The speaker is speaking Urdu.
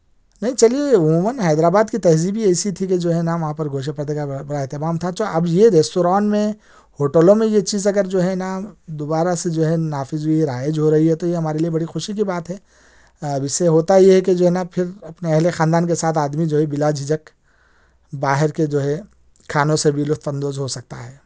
نہیں چلئے عموماً حیدر آباد کی تہذیب ہی ایسی تھی کہ جو ہے نا وہاں پر گوشے پردے کا بڑا بڑا اہتمام تھا اچھا اپ یہ ریستوران میں ہوٹلوں میں یہ چیز اگر جو ہے نا دوبارہ سے جو ہے نافذ بھی ہے رائج ہو رہی ہے تو یہ ہمارے لئے بڑی خوشی کی بات ہے اب اس سے ہوتا یہ کہ جو ہے نہ پھر اپنے اہل خاندان کے ساتھ آدمی جو ہے بلا جھجک باہر کے جو ہے کھانوں سے بھی لطف اندوز ہو سکتا ہے